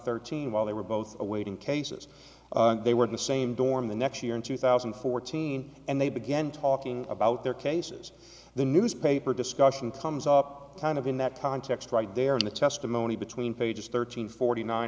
thirteen while they were both awaiting cases they were in the same dorm the next year in two thousand and fourteen and they began talking about their cases the newspaper discussion comes up kind of in that context right there in the testimony between pages thirteen forty nine